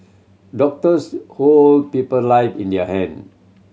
doctors hold people live in their hand